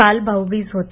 काल भाऊबीज होती